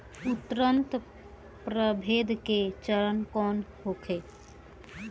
उन्नत प्रभेद के चारा कौन होखे?